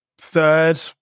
Third